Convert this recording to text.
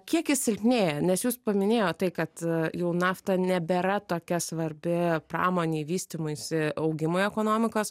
kiek jis silpnėja nes jūs paminėjot tai kad jau nafta nebėra tokia svarbi pramonei vystymuisi augimui ekonomikos